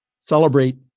celebrate